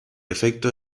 efecto